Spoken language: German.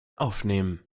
aufnehmen